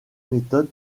méthodes